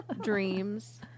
Dreams